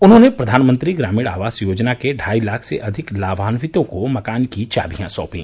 उन्हॉने प्रधानमंत्री ग्रामीण आवास योजना के ढाई लाख से अधिक लाभान्वितों को मकान की चामियां सौंपी